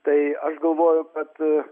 tai aš galvoju kad